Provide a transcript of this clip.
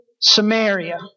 Samaria